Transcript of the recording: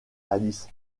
alice